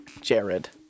Jared